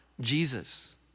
Jesus